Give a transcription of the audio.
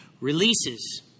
releases